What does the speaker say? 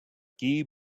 guy